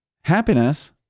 happiness